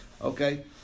okay